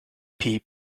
piep